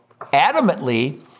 adamantly